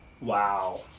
Wow